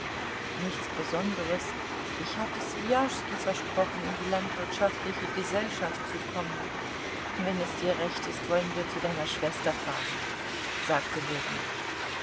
nichts besonderes ich hatte swijaschski versprochen in die landwirtschaftliche gesellschaft zu kommen wenn es dir recht ist wollen wir zu deiner schwester fahren sagte ljewin